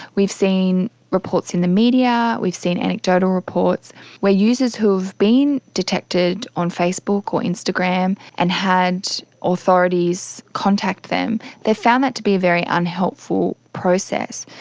we've seen reports in the media, we've seen anecdotal reports where users who have been detected on facebook or instagram and had authorities contact them, they've found that to be a very unhelpful process.